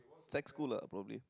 sec school lah probably